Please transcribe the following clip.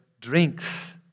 Drinks